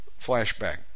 Flashback